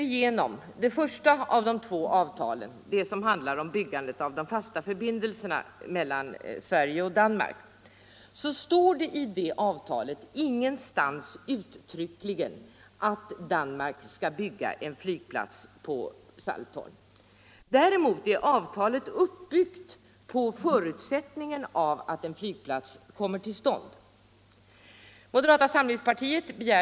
I det första av de två avtalen, det som handlar om byggandet av de fasta förbindelserna mellan Sverige och Danmark, står det ingenstans uttryckligen att Danmark skall bygga en flygplats på Saltholm. Däremot är avtalet uppbyggt på förutsättningen att en flygplats kommer till stånd.